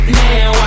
now